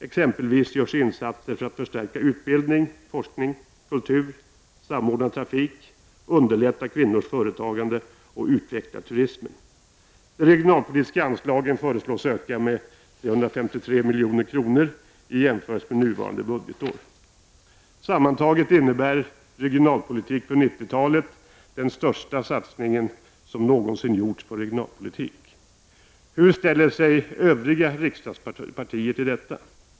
Exempelvis görs insatser för att förstärka utbildning, forskning och kultur för att samordna trafik, underlätta kvinnors företagande och utveckla turismen. — De regionalpolitiska anslagen föreslås öka med 353 milj.kr. i jämförelse med nuvarande budgetår. Sammantaget innebär ”Regionalpolitik för 90-talet” den största satsning som någonsin gjorts på regionalpolitik.